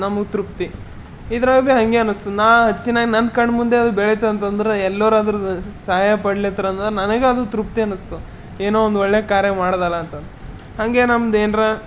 ನಮಗೆ ತೃಪ್ತಿ ಇದ್ರಾಗ ಹಾಗೆ ಅನ್ನಿಸ್ತು ನಾ ಹಚ್ಚಿದಾಗ ನನ್ನ ಕಣ್ಣು ಮುಂದೆ ಅದು ಬೆಳೀತವೆ ಅಂತ ಅಂದರೆ ಎಲ್ಲರದ್ರ ಸಹಾಯ ಪಡಿಲಾತಾರ್ ಅಂದರೆ ನನಗೆ ಅದು ತೃಪ್ತಿ ಅನ್ನಿಸ್ತು ಏನೋ ಒಂದು ಒಳ್ಳೆ ಕಾರ್ಯ ಮಾಡದಲ್ಲಂತ ಹಾಗೆ ನಮ್ದು ಏನಾರ